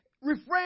refrain